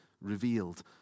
Revealed